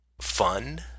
fun